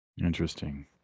Interesting